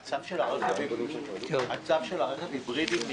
מתי מסתיים הצו של הרכב ההיברידי?